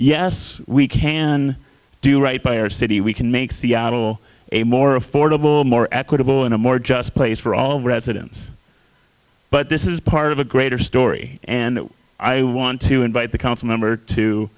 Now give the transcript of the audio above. yes we can do right by our city we can make seattle a more affordable more equitable and a more just place for all residents but this is part of a greater story and i want to invite the council member to